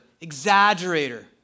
exaggerator